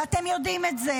ואתם יודעים את זה.